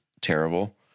terrible